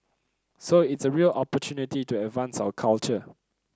so it's a real opportunity to advance our culture